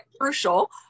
crucial